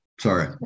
Sorry